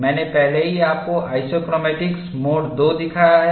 मैंने पहले ही आपको आइसोक्रोमैटिक्स मोड II दिखाया है